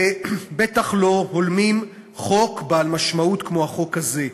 בטח לא הולמים חוק בעל משמעות כמו החוק הזה.